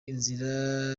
inzira